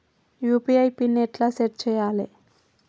UPI pin ఎట్లా set చేయాలే?